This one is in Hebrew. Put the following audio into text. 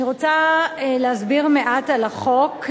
אני רוצה להסביר מעט על החוק.